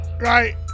right